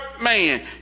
man